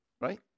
Right